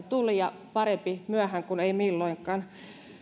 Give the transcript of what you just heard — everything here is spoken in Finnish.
tuli ja parempi myöhään kuin ei milloinkaan